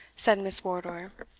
said miss wardour. ah,